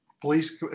police